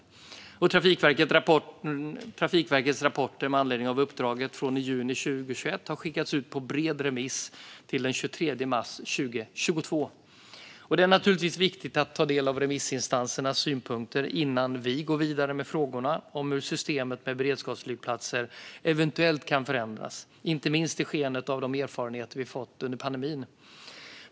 Trafikverkets rapporter med anledning av uppdraget från i juni 2021 har skickats ut på bred remiss till den 23 mars 2022. Det är naturligtvis viktigt att ta del av remissinstansernas synpunkter innan vi går vidare med frågorna om hur systemet med beredskapsflygplatser eventuellt kan förändras, inte minst i skenet av de erfarenheter vi fått under pandemin.